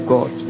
God